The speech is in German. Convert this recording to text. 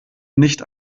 nicht